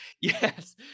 yes